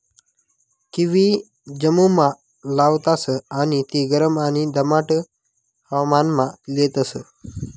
kiwi जम्मुमा लावतास आणि ती गरम आणि दमाट हवामानमा लेतस